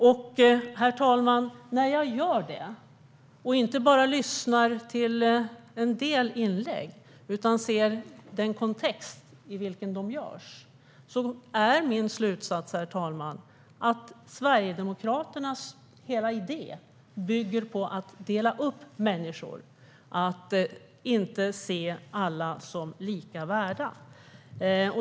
Och när jag gör det, herr talman, när jag inte bara lyssnar på en del inlägg utan ser den kontext i vilken de görs, är min slutsats att Sverigedemokraternas hela idé bygger på att dela upp människor, att inte se alla som lika värda.